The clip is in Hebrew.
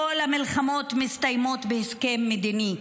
כל המלחמות מסתיימות בהסכם מדיני.